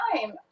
time